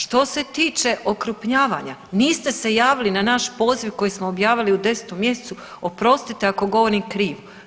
Što se tiče okrupnjavanja niste se javili na naš poziv koji smo objavili u 10. mjesecu, oprostite ako govorim krivo.